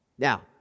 Now